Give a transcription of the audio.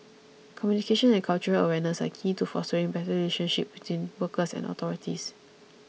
communication and cultural awareness are key to fostering better relationship between workers and authorities